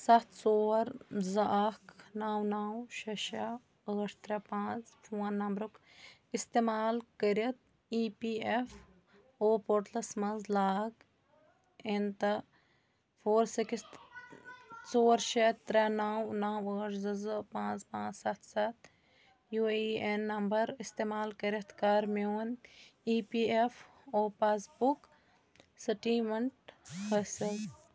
سَتھ ژور زٕ اَکھ نَو نَو شےٚ شےٚ ٲٹھ ترٛےٚ پانٛژھ فون نَمبرُک اِستعمال کٔرِتھ ای پی اٮ۪ف او پورٹَلَس منٛز لاگ اِن تہٕ فور سِکِس ژور شےٚ ترٛےٚ نَو نَو ٲٹھ زٕ زٕ پانٛژھ پانٛژھ سَتھ سَتھ U A E N number اِستعمال کٔرِتھ کَر میون E P F O passbook سٕٹیٖوَن حٲصِل